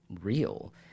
real